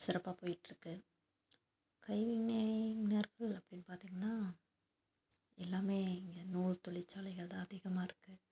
சிறப்பாக போயிட்டுருக்கு கைவினை அப்படின்னு பார்த்திங்கன்னா எல்லாமே இங்கே நூல் தொழிற்சாலைகள் தான் அதிகமாக இருக்கு